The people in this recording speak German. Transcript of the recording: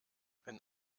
wenn